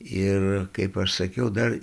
ir kaip aš sakiau dar